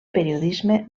periodisme